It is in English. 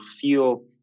feel